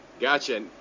Gotcha